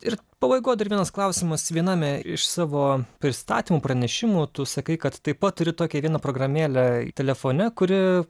ir pabaigoj dar vienas klausimas viename iš savo pristatymų pranešimų tu sakai kad taip pat turi tokią vieną programėlę telefone kuri